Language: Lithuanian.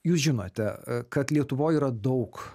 jūs žinote a kad lietuvoj yra daug